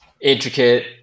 intricate